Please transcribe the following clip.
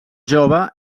jove